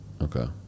Okay